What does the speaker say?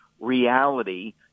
reality